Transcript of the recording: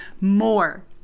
more